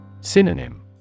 Synonym